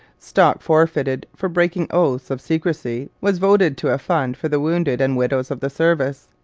stock forfeited for breaking oaths of secrecy was voted to a fund for the wounded and widows of the service.